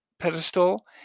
pedestal